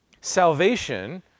Salvation